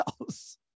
else